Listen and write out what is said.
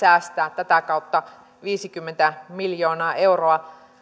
tavoitteenaan säästää tätä kautta viisikymmentä miljoonaa euroa